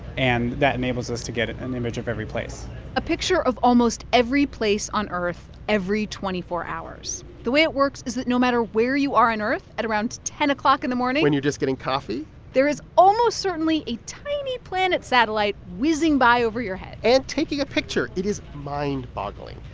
and that enables us to get an image of every place a picture of almost every place on earth every twenty four hours. the way it works is that no matter where you are on earth, at around ten o'clock in the morning. when you're just getting coffee there is almost certainly a tiny planet satellite whizzing by over your head and taking a picture. it is mind boggling.